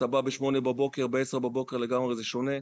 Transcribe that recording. אתה בא בשמונה בבוקר ובעשר בבוקר זה שונה לגמרי.